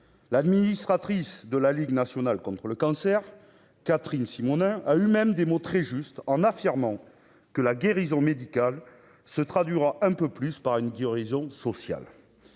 l'administratrice de la Ligue nationale contre le cancer, Catherine Simon a a eu même des mots très justes, en affirmant que la guérison médicale se traduira un peu plus par une guérison sociale